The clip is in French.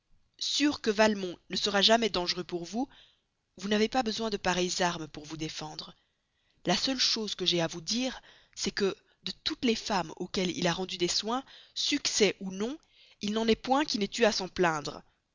sûre que valmont ne sera jamais dangereux pour vous vous n'avez pas besoin de pareilles armes pour vous défendre la seule chose que j'aie à vous dire c'est que de toutes les femmes auxquelles il a rendu des soins succès ou non il n'en est point qui n'aient eu à s'en plaindre